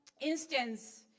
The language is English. instance